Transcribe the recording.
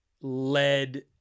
led